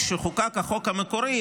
כשחוקק החוק המקורי,